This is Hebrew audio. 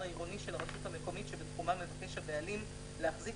העירוני של הרשות המקומית שבתחומה מבקש הבעלים להחזיק